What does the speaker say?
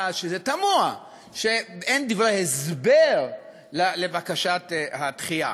שזה תמוה שאין דברי הסבר לבקשת הדחייה.